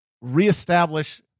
reestablish